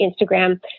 Instagram